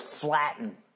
flatten